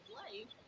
life